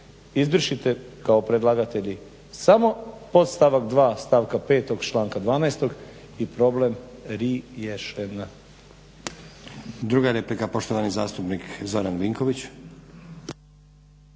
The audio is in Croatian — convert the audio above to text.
Izbrišite kao predlagatelji samo podstavak 2.stavka 5.članka 12.i problem riješen. **Stazić, Nenad (SDP)** Druga replika poštovani zastupnik Zoran Vinković.